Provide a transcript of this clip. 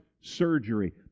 surgery